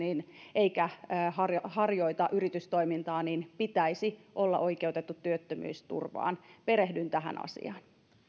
eikä harjoita harjoita yritystoimintaa niin hänen pitäisi olla oikeutettu työttömyysturvaan perehdyn tähän asiaan